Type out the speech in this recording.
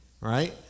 right